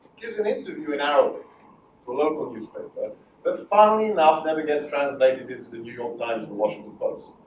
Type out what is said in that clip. kids an interview in arabic for local newspaper that's finally enough never gets translated into the new york times and washington post